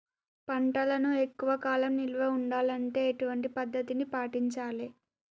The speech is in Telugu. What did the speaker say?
పంటలను ఎక్కువ కాలం నిల్వ ఉండాలంటే ఎటువంటి పద్ధతిని పాటించాలే?